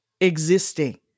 existing